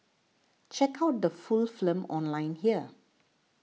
check out the full film online here